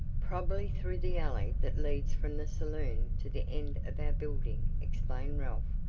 probably through the alley that leads from the saloon to the end of our building, explained ralph.